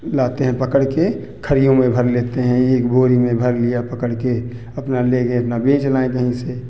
लाते हैं पकड़ के खड़ियों में भर लेते हैं एक बोरी में भर लिया पकड़ के अपना ले गए अपना बेच लाएँ कहीं से